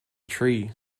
tree